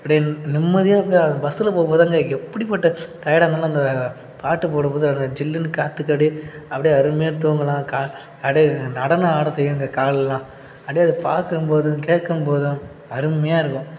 அப்படியே நிம்மதியாக அப்படியே அந்த பஸ்ஸில் போகும் போது தாங்க எப்படிப்பட்ட டயடாக இருந்தாலும் அந்த பாட்டு போடும் போது வர ஜில்லுன்னு காற்றுக்கு அப்படியே அப்படியே அருமையாக தூங்கலாம் கா அப்படியே நடனம் ஆட செய்யுங்க கால்லெலாம் அப்படியே அதை பார்க்கும் போதும் கேட்கும் போதும் அருமையாக இருக்கும்